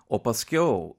o paskiau